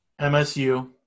MSU